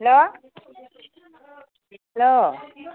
hello hello